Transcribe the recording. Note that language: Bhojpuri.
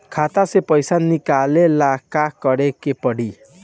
खाता से पैसा निकाले ला का करे के पड़ी?